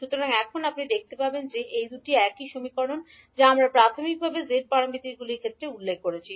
সুতরাং এখন আপনি দেখতে পাবেন যে এই দুটি একই সমীকরণ যা আমরা প্রাথমিকভাবে zপ্যারামিটারগুলির ক্ষেত্রে উল্লেখ করেছি